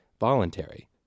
voluntary